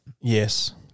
Yes